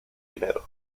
dinero